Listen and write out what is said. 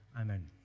Amen